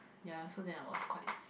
ya so then I was quite